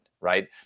Right